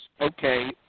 okay